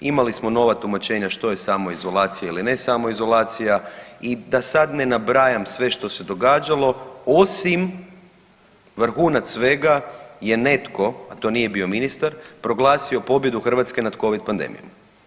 Imali smo nova tumačenja što je samoizolacija ili ne samoizolacija i da sad ne nabrajam sve što se događalo, osim vrhunac svega, je netko, a to nije bio ministar, proglasio pobjedu Hrvatske nad Covid pandemijom.